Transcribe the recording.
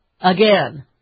Again